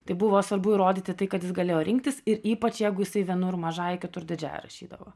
tai buvo svarbu įrodyti tai kad jis galėjo rinktis ir ypač jeigu jisai vienur mažąja kitur didžiąja rašydavo